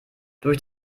durch